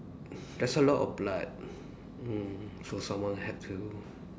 there's a lot of blood mm so someone had to